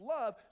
love